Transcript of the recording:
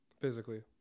Physically